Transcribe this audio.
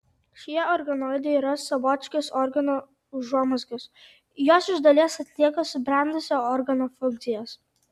šie organoidai yra savotiškos organų užuomazgos jos iš dalies atlieka subrendusio organo funkcijas